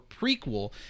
prequel